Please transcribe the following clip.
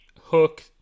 hook